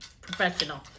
Professional